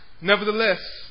Nevertheless